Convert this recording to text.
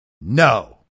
No